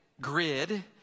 grid